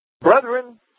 Brethren